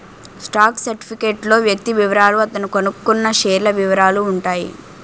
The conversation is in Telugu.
స్టాక్ సర్టిఫికేట్ లో వ్యక్తి వివరాలు అతను కొన్నకొన్న షేర్ల వివరాలు ఉంటాయి